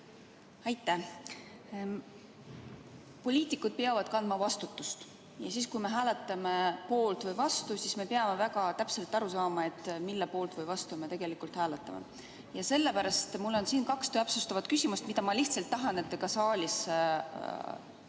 Aitäh! Poliitikud peavad kandma vastutust. Kui me hääletame poolt või vastu, siis me peame väga täpselt aru saama, mille poolt või vastu me tegelikult hääletame. Sellepärast on mul siin kaks täpsustavat küsimust, millele ma lihtsalt tahan, et te ka saalis